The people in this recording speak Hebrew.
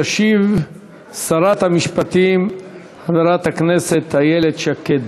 תשיב שרת המשפטים חברת הכנסת איילת שקד.